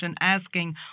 asking